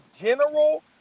general